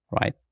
right